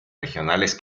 regionales